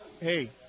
hey